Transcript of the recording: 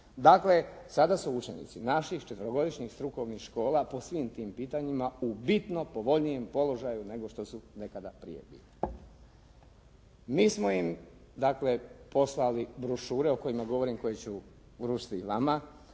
Dakle, sada su učenici naših četverogodišnjih strukovnih škola po svim tim pitanjima u bitno povoljnijem položaju nego što su nekada prije bili. Mi smo im dakle poslali brošure o kojima govorim, koje ću uručiti i vama.